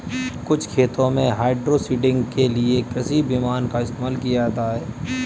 कुछ खेतों में हाइड्रोसीडिंग के लिए कृषि विमान का इस्तेमाल किया जाता है